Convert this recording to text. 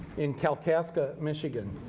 in kalkaska, michigan,